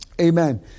Amen